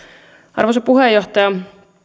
arvoisa puheenjohtaja